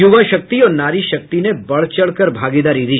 युवा शक्ति और नारी शक्ति ने बढ़ चढ़कर भागीदारी दी